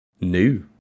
new